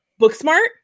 Booksmart